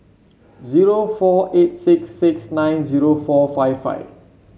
zero four eight six six nine zero four five five